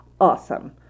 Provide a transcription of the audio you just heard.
Awesome